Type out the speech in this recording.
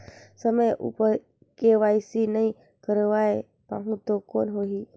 समय उपर के.वाई.सी नइ करवाय पाहुं तो कौन होही?